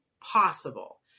possible